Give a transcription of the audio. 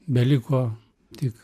beliko tik